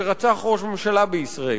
שרצח ראש ממשלה בישראל.